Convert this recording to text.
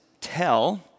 tell